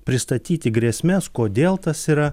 pristatyti grėsmes kodėl tas yra